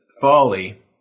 Folly